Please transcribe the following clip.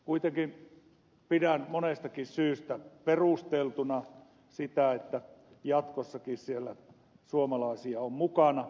kuitenkin pidän monestakin syystä perusteltuna sitä että jatkossakin siellä suomalaisia on mukana